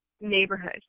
neighborhood